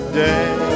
day